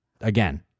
Again